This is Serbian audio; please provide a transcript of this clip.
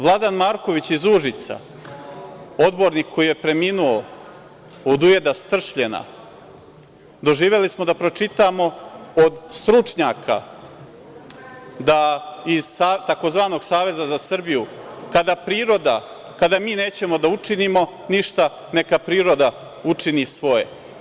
Vladan Marković iz Užica, odbornik koji je preminuo od ujeda stršljena, doživeli smo da pročitamo od stručnjaka iz tzv. Saveza za Srbiju - kada mi nećemo da učinimo ništa, neka priroda učini svoje.